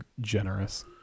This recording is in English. generous